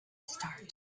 start